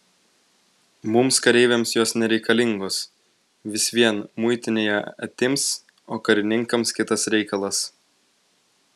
mums kareiviams jos nereikalingos vis vien muitinėje atims o karininkams kitas reikalas